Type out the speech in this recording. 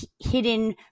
hidden